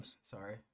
Sorry